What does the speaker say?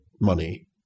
money